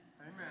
Amen